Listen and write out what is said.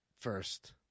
first